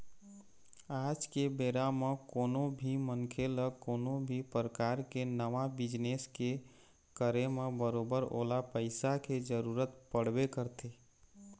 आज के बेरा म कोनो भी मनखे ल कोनो भी परकार के नवा बिजनेस के करे म बरोबर ओला पइसा के जरुरत पड़बे करथे